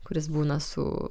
kuris būna su